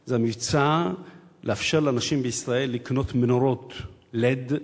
זה המבצע לאפשר לאנשים בישראל לקנות מנורות LED,